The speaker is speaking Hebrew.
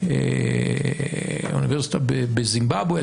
באוניברסיטה בזימבבואה,